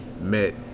met